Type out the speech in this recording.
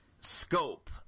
scope